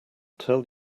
tell